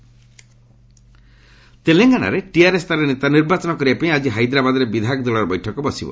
ଗମେଣ୍ଟ୍ formation ତେଲେଙ୍ଗାନାରେ ଟିଆର୍ଏସ୍ ତାର ନେତା ନିର୍ବାଚନ କରିବା ପାଇଁ ଆଜି ହାଇଦ୍ରାବାଦରେ ବିଧାୟକ ଦଳର ବୈଠକ ବସିବ